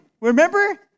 remember